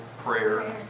prayer